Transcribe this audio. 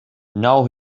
now